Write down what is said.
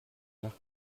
nach